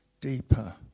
deeper